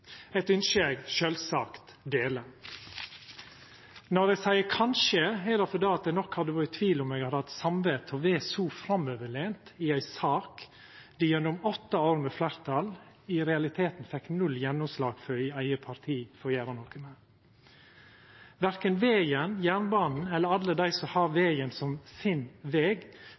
eit ønske eg sjølvsagt deler. Når eg seier «kanskje», er det fordi eg nok hadde vore i tvil om eg hadde hatt samvit til å vera så framoverlent i ei sak ein gjennom åtte år med fleirtal i realiteten fekk null gjennomslag i eige parti for å gjera noko med. Verken vegen, jernbanen eller alle dei som har vegen som sin veg,